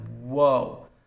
whoa